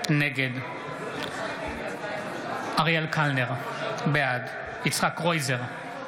נגד אריאל קלנר, בעד יצחק קרויזר,